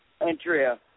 Andrea